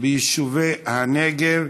ביישובי הנגב,